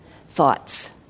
thoughts